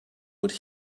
would